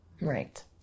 Right